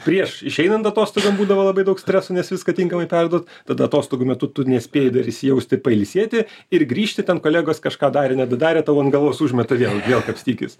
prieš išeinant atostogų ten būdavo labai daug streso nes viską tinkamai perduot tada atostogų metu tu nespėji dar įsijausti pailsėti ir grįžti ten kolegos kažką darė nedadarė tau ant galvos užmeta vėl vėl kapstykis